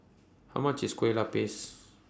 How much IS Kueh Lapis